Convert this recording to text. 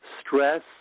stress